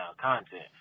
content